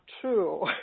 true